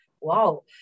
Wow